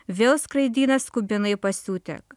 vėl skraidina skubinai pasiūti